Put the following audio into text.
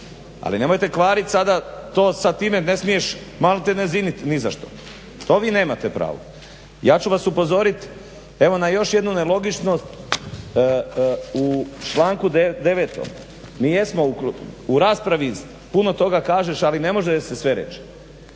ali nemojte kvarit sada to sa time, ne smiješ maltene zinit ni za što. To vi nemate pravo. Ja ću vas upozorit evo na još jednu nelogičnost u članku 9. mi jesmo u raspravi puno toga kažeš ali ne može se sve reč.